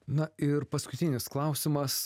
na ir paskutinis klausimas